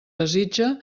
desitja